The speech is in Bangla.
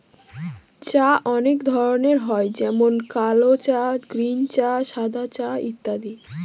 চা অনেক ধরনের হয় যেমন কাল চা, গ্রীন চা, সাদা চা ইত্যাদি